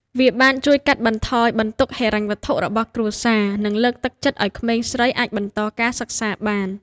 វាបានជួយកាត់បន្ថយបន្ទុកហិរញ្ញវត្ថុរបស់គ្រួសារ និងលើកទឹកចិត្តឲ្យក្មេងស្រីអាចបន្តការសិក្សាបាន។